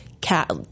cat